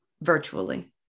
virtually